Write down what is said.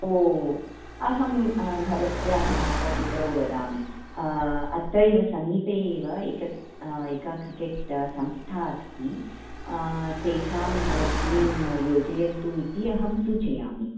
ओ अहं भवत्याः मातापितरौ वदामि अत्रैव समीपे एव एक एका क्रिकेट् संस्था अस्ति तेषां भवतीं योजयन्तु इति अहं सूचयामि